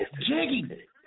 Jiggy